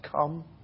come